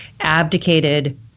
abdicated